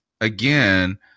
again